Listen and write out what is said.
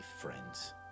friends